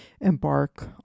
embark